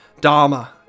Dharma